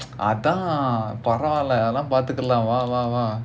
அதான் பரவால அதுலாம் பாத்துக்கலாம் வா வா வா:athaan paravaala athulaam paathukkalaam vaa vaa vaa